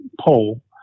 poll